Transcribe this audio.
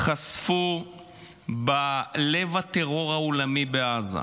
חשפו בלב הטרור העולמי בעזה.